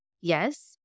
Yes